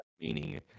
meaning